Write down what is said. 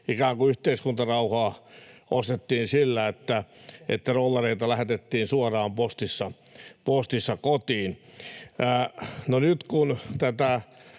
yhteiskuntarauhaa ostettiin sillä, että dollareita lähetettiin suoraan postissa kotiin. No nyt kun tätä